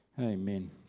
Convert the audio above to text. amen